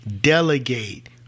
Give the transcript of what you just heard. delegate